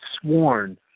sworn